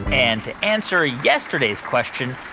and to answer yesterday's question,